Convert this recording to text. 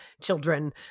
children